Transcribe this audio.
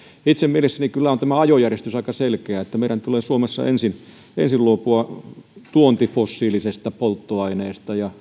itse mielessäni kyllä on tämä ajojärjestys aika selkeä että meidän tulee suomessa ensin luopua fossiilisesta tuontipolttoaineesta ja